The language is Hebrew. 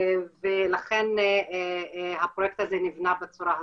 ולכן הפרויקט הזה נבנה בצורה הזו.